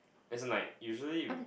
as in like usually if